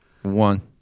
One